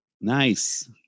Nice